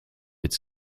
its